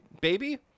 Baby